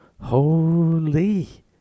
Holy